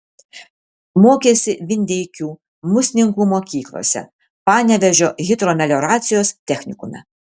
mokėsi vindeikių musninkų mokyklose panevėžio hidromelioracijos technikume